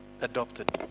adopted